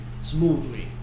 smoothly